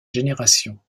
génération